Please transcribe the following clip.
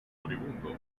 moribundo